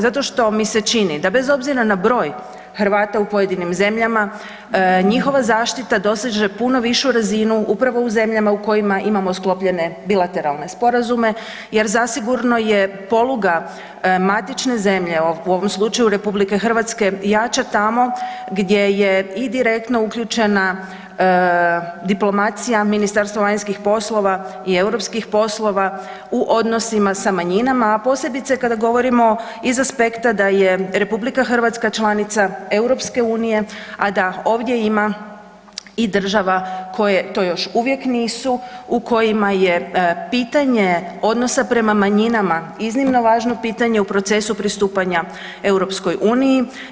Zato što mi se čini da bez obzira na broj Hrvata u pojedinim zemljama njihova zaštita doseže punu višu razinu upravo u zemljama u kojima imamo sklopljene bilateralne sporazume jer zasigurno je poluga matične zemlje u ovom slučaju RH jača tamo gdje je i direktno uključena diplomacija Ministarstva vanjskih poslova i europskih poslova u odnosima sa manjinama, a posebice kada govorimo iz aspekta da je RH članica EU, a da ovdje ima i država koje to još uvijek nisu u kojima je pitanje odnosa prema manjinama iznimno važno pitanje u procesu pristupanja EU.